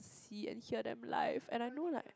see and hear them live and I know like